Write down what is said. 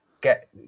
get